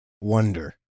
wonder